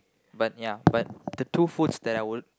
but ya but the two foods that I would